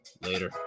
Later